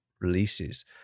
releases